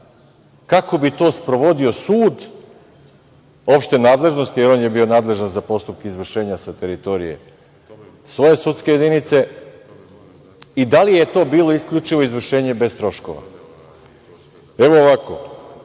kako bi to sprovodio sud opšte nadležnosti, jer on je bio nadležan za postupke izvršenja sa teritorije svoje sudske jedinice i da li je to bilo isključivo izvršenje bez troškova. Evo, ovako,